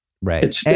Right